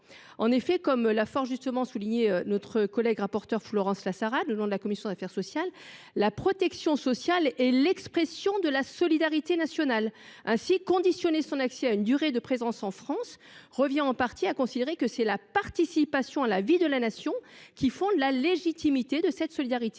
ce choix : comme l’a fort justement souligné Florence Lassarade, au nom de la commission des affaires sociales, la protection sociale est l’expression de la solidarité nationale. Ainsi, conditionner son accès à une durée de présence en France revient en partie à considérer que c’est la participation à la vie de la Nation qui fonde la légitimité de cette solidarité.